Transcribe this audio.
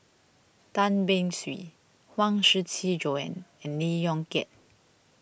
Tan Beng Swee Huang Shiqi Joan and Lee Yong Kiat